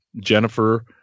Jennifer